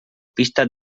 pistas